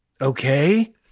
okay